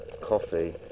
coffee